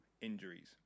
injuries